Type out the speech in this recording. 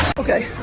okay,